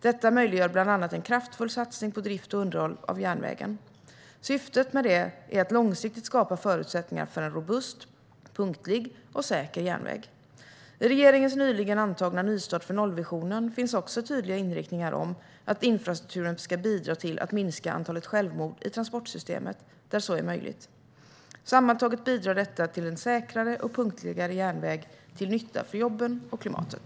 Detta möjliggör bland annat en kraftfull satsning på drift och underhåll av järnvägen. Syftet med det är att långsiktigt skapa förutsättningar för en robust, punktlig och säker järnväg. I regeringens nyligen antagna nystart för nollvisionen finns också tydliga inriktningar om att infrastrukturen ska bidra till att minska antalet självmord i transportsystemet där så är möjligt. Sammantaget bidrar detta till en säkrare och punktligare järnväg till nytta för jobben och klimatet.